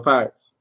Pirates